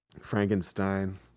Frankenstein